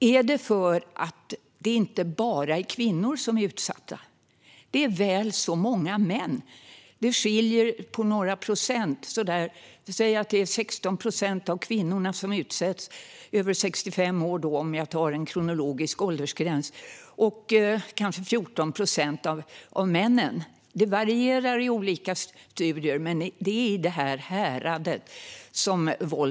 Är det för att det inte bara är kvinnor som är utsatta? Det är väl så många män. Det skiljer på några procent. Säg att det är 16 procent av kvinnorna över 65 år, om jag tar en kronologisk åldersgräns, som utsätts och kanske 14 procent av männen. Det varierar i olika studier. Men det är i det häradet.